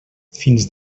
fins